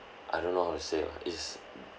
I don't know how to say lah is